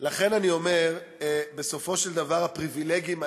לכן אני אומר, בסופו של דבר הפריבילגים האלה,